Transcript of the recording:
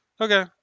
Okay